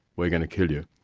we're going to kill you.